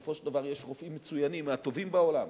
בסופו של דבר, יש רופאים מצוינים, מהטובים בעולם,